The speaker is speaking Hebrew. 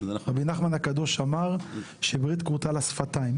רבי נחמן הקדוש אמר שברית כרותה לשפתיים.